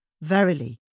Verily